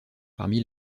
parmi